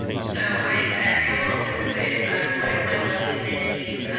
so i have also included one of my lovely mentees,